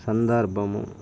సందర్భము